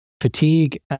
fatigue